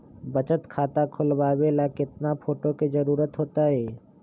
बचत खाता खोलबाबे ला केतना फोटो के जरूरत होतई?